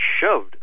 shoved